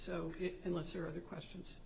so unless or other questions